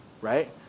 right